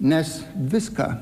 mes viską